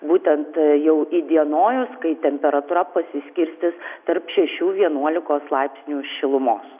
būtent jau įdienojus kai temperatūra pasiskirstys tarp šešių vienuolikos laipsnių šilumos